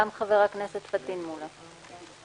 גם חבר הכנסת פטין מולא נגד.